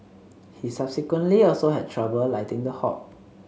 he subsequently also had trouble lighting the hob